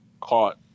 caught